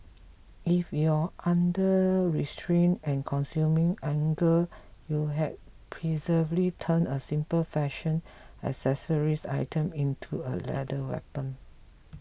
if your under restrained and consuming anger you had perversely turned a simple fashion accessories item into a lethal weapon